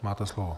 Máte slovo.